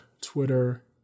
Twitter